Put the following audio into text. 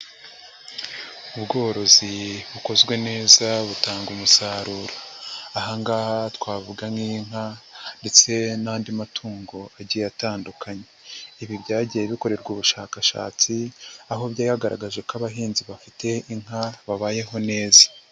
Ubworozi bukozwe neza butanga umusaruro, aha ngaha twavuga nk'inka ndetse n'andi matungo agiye atandukanye, ibi byagiye bikorerwa ubushakashatsi aho byagaragaje ko abahinzi bafite inka babayeho neza.